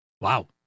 Wow